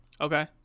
Okay